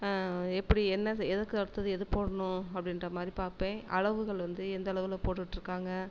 எப்படி என்ன செய் எதுக்கு அடுத்தது எது போடணும் அப்படின்ற மாதிரி பார்ப்பேன் அளவுகள் வந்து எந்த அளவில் போட்டுட்டுருக்காங்க